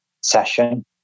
session